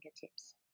fingertips